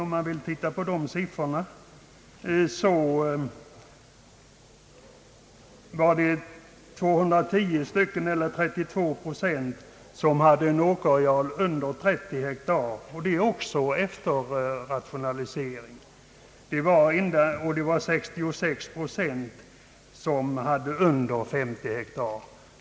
Siffrorna visar att efter inre rationalisering hade 210 jordbruk eller 32 procent en åkerareal under 30 hektar och 66 procent av jordbruken en areal under 50 hektar.